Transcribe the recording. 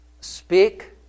speak